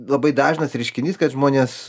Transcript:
labai dažnas reiškinys kad žmonės